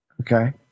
Okay